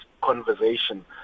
conversation